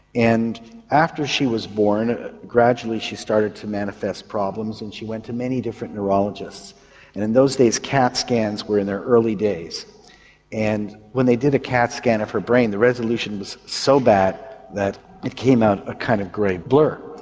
and after she was born gradually she started to manifest problems and she went to many different neurologists and in those days cat scans were in their early days and when they did a cat scan of her brain the resolution was so bad that it came out a kind of grey blur.